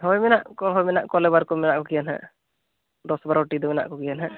ᱦᱳᱭ ᱢᱮᱱᱟᱜ ᱠᱚᱣᱟ ᱦᱳᱭ ᱢᱮᱱᱟᱜ ᱠᱚᱣᱟ ᱞᱮᱵᱟᱨ ᱠᱚ ᱢᱮᱱᱟᱜ ᱠᱚᱜᱮᱭᱟ ᱱᱟᱦᱟᱜ ᱫᱚᱥ ᱵᱟᱨᱚᱴᱤ ᱫᱚ ᱢᱮᱱᱟᱜ ᱠᱚᱜᱮᱭᱟᱜ ᱱᱟᱦᱟᱜ